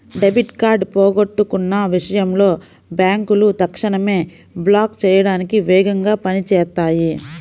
debit card పోగొట్టుకున్న విషయంలో బ్యేంకులు తక్షణమే బ్లాక్ చేయడానికి వేగంగా పని చేత్తాయి